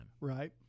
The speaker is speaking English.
Right